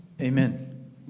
Amen